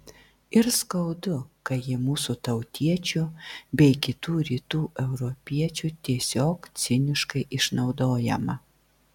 ir skaudu kai ji mūsų tautiečių bei kitų rytų europiečių tiesiog ciniškai išnaudojama